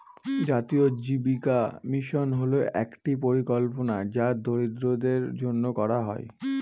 জাতীয় জীবিকা মিশন হল একটি পরিকল্পনা যা দরিদ্রদের জন্য করা হয়